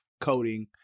coding